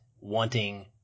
wanting